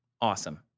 awesome